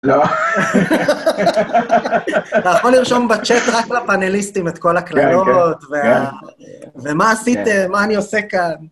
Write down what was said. לא. ואנחנו נרשום בצ'אט רק לפאנליסטים את כל הקללות, ומה עשיתם, מה אני עושה כאן.